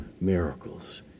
miracles